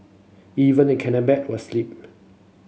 even the was slip